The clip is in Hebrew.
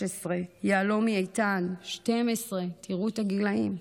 בת 13, יהלומי איתן, בן 12, תראו את הגילאים,